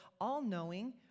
all-knowing